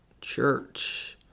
church